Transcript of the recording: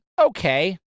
okay